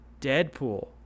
Deadpool